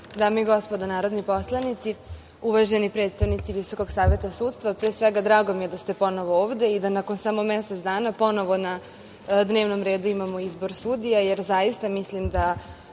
i gospodo narodni poslanici, uvaženi predstavnici VSS, pre svega drago mi je da ste ponovo ovde i da nakon samo mesec dana ponovo na dnevnom redu imamo izbor sudija, jer zaista mislim da